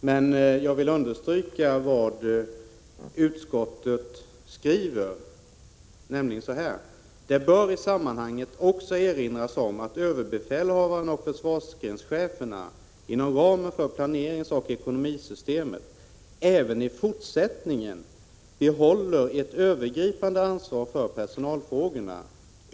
Men jag vill understryka följande uttalande av utskottet: ”Det bör i sammanhanget också erinras om att överbefälhavaren och försvarsgrenscheferna inom ramen för planeringsoch ekonomisystemet även i fortsättningen behåller ett övergripande ansvar för personalfrågorna.